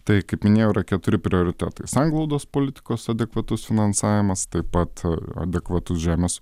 tai kaip minėjau yra keturi prioritetai sanglaudos politikos adekvatus finansavimas taip pat adekvatus žemės